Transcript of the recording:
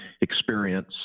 experience